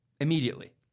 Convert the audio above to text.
immediately